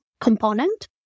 component